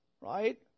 right